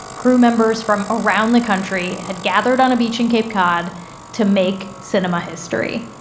crew members from around the country had gathered on a beach in cape cod to make cinema history.